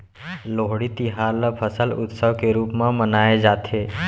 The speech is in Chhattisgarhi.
लोहड़ी तिहार ल फसल उत्सव के रूप म मनाए जाथे